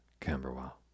Camberwell